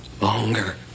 Longer